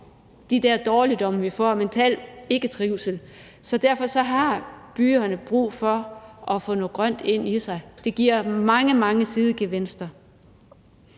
de der dårligdomme, vi får, altså mental ikketrivsel. Så derfor har byerne brug for at få noget grønt ind. Det giver mange, mange sidegevinster.